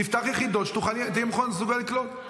תפתח יחידות שתהיה מסוגל לקלוט,